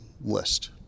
list